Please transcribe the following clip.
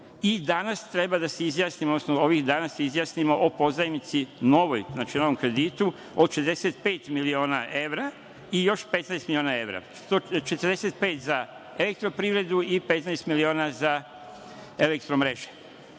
i danas treba da se izjasnimo, odnosno ovih dana o pozajmici novoj, novom kreditu od 45 miliona evra i još 15 miliona evra. Znači, 45 za Elektroprivredu i 15 miliona za Elektromreže.